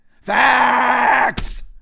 Facts